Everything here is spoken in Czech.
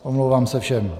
Omlouvám se všem.